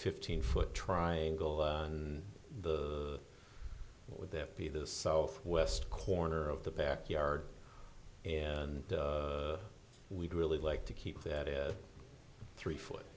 fifteen foot triangle and the would that be the southwest corner of the backyard and we'd really like to keep that in three foot